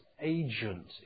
agent